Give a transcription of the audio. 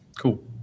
Cool